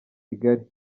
kigali